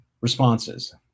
responses